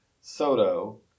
Soto